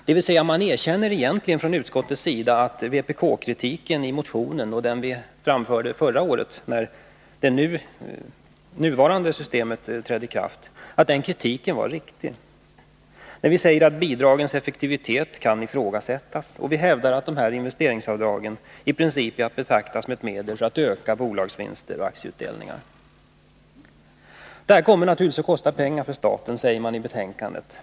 Från utskottets sida erkänner man alltså egentligen att vpk-kritiken i motionen liksom den vi framförde förra året, när det nuvarande systemet genomfördes, var riktig. Vi säger att avdragens effektivitet kan ifrågasättas och hävdar att dessa investeringsavdrag i princip är att betrakta som ett medel att öka bolagsvinster och aktieutdelningar. Detta kommer naturligtvis att kosta pengar för staten, säger man i betänkandet.